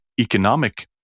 economic